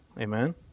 Amen